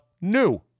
new